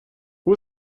who